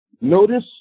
Notice